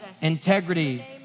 integrity